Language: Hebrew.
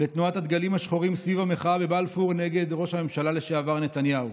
לתנועת הדגלים השחורים סביב המחאה בבלפור נגד ראש הממשלה לשעבר נתניהו.